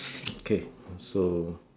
okay so